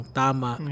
tama